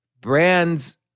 brands